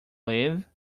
leave